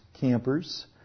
campers